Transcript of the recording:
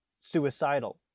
suicidal